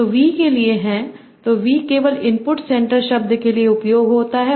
तो V के लिए है तो V केवल इनपुट सेंटर शब्द के लिए उपयोग होता है